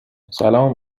سلام